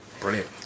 Brilliant